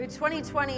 2020